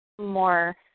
more